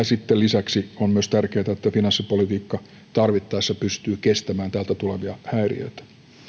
sitten lisäksi on myös tärkeätä että finanssipolitiikka tarvittaessa pystyy kestämään täältä tulevia häiriöitä